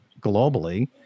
globally